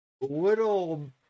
little